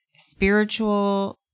spiritual